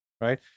right